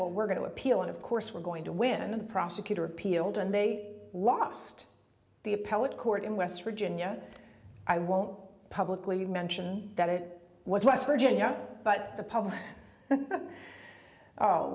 well we're going to appeal and of course we're going to win and the prosecutor appealed and they wast the appellate court in west virginia i won't publicly mention that it was west virginia but the public a